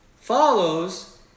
follows